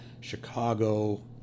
Chicago